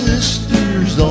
sisters